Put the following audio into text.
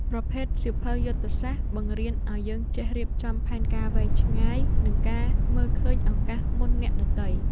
ប្រភេទសៀវភៅយុទ្ធសាស្ត្រ បង្រៀនយើងឱ្យចេះរៀបចំផែនការវែងឆ្ងាយ និងការមើលឃើញឱកាសមុនអ្នកដទៃ។